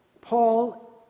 Paul